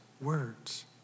words